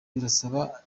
birasa